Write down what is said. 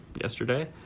yesterday